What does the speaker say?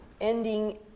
ending